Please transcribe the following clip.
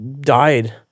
died